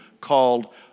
called